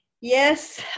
Yes